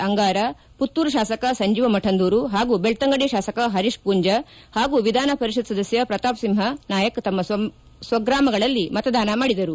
ಅಂಗಾರ ವುತ್ತೂರು ಶಾಸಕ ಸಂಜೀವ ಮಠಂದೂರು ಹಾಗೂ ಬೆಳ್ತಂಗಡಿ ಶಾಸಕ ಹರೀಶ್ ಪೂಂಜ ಹಾಗೂ ವಿಧಾನಪರಿಷತ್ ಸದಸ್ಯ ಪ್ರತಾಪ ಸಿಂಹ ನಾಯಕ್ ತಮ್ಮ ಸ್ವಕ್ಷೇತ್ರದಲ್ಲಿ ಮತದಾನ ಮಾಡಿದರು